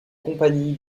compagnie